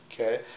okay